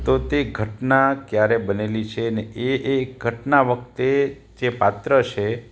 તો તે ઘટના ક્યારે બનેલી છે ને એ એ ઘટના વખતે એ જે પાત્ર છે